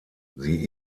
sie